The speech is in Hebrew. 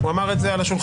הוא אמר את זה על השולחן.